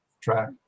track